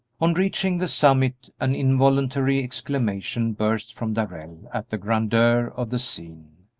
on reaching the summit an involuntary exclamation burst from darrell at the grandeur of the scene.